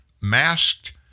masked